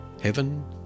Heaven